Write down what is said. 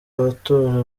abatora